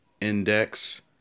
index